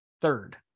third